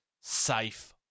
safe